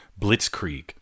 Blitzkrieg